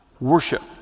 worship